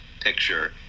picture